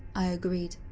i agreed.